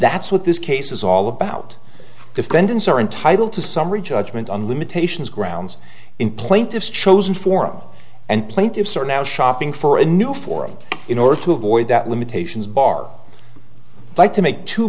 that's what this case is all about defendants are entitled to summary judgment on limitations grounds in plaintiff's chosen forum and plaintiffs are now shopping for a new forum in order to avoid that limitations bar by to make t